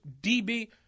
DB –